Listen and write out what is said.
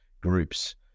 groups